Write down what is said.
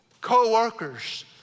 Co-workers